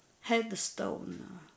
headstone